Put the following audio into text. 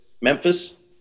Memphis